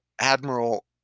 Admiral